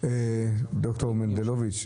ד"ר מנדלוביץ,